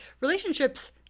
relationships